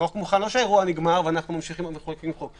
החוק מוכן לא כשהאירוע נגמר ואנחנו ממשיכים ומחוקקים חוק.